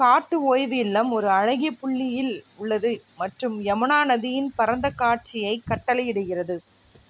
காட்டு ஓய்வு இல்லம் ஒரு அழகிய புள்ளியில் உள்ளது மற்றும் யமுனா நதியின் பரந்த காட்சியை கட்டளையிடுகிறது